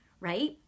right